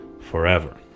forever